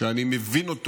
שאני מבין אותו